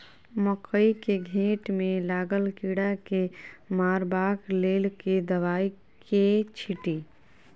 मकई केँ घेँट मे लागल कीड़ा केँ मारबाक लेल केँ दवाई केँ छीटि?